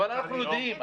--- אבל אנחנו יודעים,